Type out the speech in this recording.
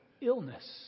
illness